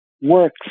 works